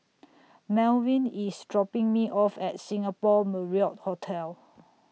Malvin IS dropping Me off At Singapore Marriott Hotel